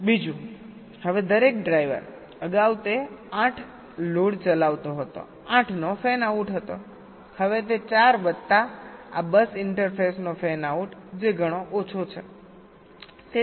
બીજું હવે દરેક ડ્રાઇવર અગાઉ તે 8 લોડ ચલાવતો હતો 8 નો ફેનઆઉટ હતો હવે તે 4 વત્તા આ બસ ઇન્ટરફેસનો ફેનઆઉટ જે ઘણો ઓછો છે